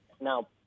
now